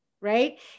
right